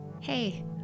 Hey